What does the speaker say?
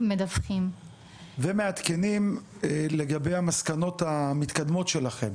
ומעדכנים לגבי המסקנות המתקדמות שלכם,